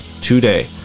today